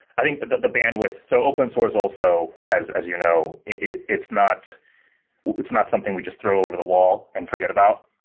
i think the the bandwidth so open source also, as as you know, it's not it's not something we just throw over the wall and forget about.